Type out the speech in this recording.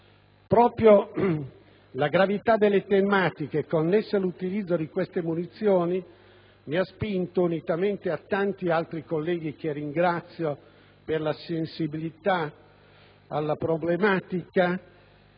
Proprio la gravità delle tematiche connesse all'utilizzo di queste munizioni mi ha spinto, unitamente a tanti altri colleghi, che ringrazio per la sensibilità dimostrata,